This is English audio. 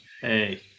Hey